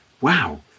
Wow